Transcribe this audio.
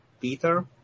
Peter